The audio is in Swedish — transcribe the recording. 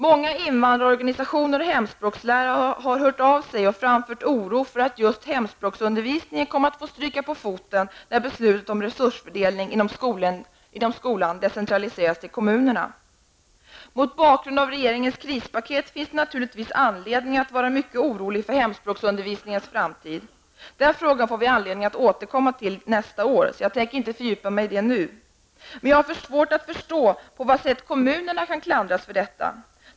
Många invandrarorganisationer och hemspråkslärare har hört av sig och uttryckt oro för att just hemspråksundervisningen kommer att få stryka på foten när beslut om resursfördelning inom skolan decentraliseras till kommunerna. Mot bakgrund av regeringens krispaket finns det naturligtvis anledning att vara mycket orolig för hemspråksundervisningens framtid. Den frågan får vi anledning att återkomma till nästa år. Jag tänker därför inte fördjupa mig i den nu. Men jag har svårt att förstå på vilket sätt kommunerna kan klandras för detta.